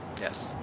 Yes